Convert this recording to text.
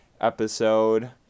episode